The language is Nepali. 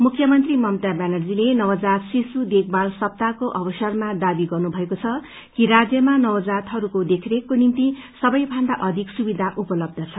मुख्यमन्त्री ममता व्यानर्जीले नवजात शिशु देखभागल सप्ताहको अवसरमा दावी गर्नुभएको छ कि राज्यमा नवजातहरूको रं देखरेखको निम्ति सबैभन्दा अधिक सुविधा उपलब्ध छ